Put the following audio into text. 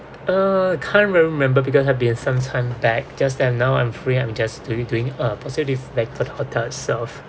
uh can't remember because I have been sometime back just that now I'm free I'm just doing doing a positive feedback to the hotel itself